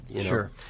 Sure